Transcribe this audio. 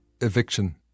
Eviction